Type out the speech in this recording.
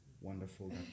wonderful